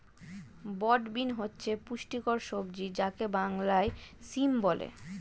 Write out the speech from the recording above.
broad bean হচ্ছে পুষ্টিকর সবজি যাকে বাংলায় সিম বলে